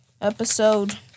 Episode